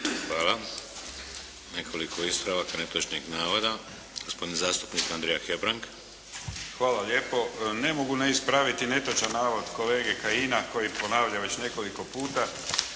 Hvala. Nekoliko ispravaka netočnih navoda. Gospodin zastupnik Andrija Hebrang. **Hebrang, Andrija (HDZ)** Hvala lijepo. Ne mogu ne ispraviti netočan navod kolege Kajina koji ponavlja već nekoliko puta.